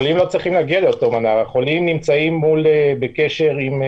החולים לא צריכים להגיע למנה"ר, הם בקשר מול